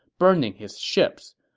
burning his ships.